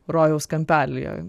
rojaus kampelyje